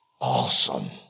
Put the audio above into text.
Awesome